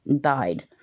died